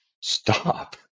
stop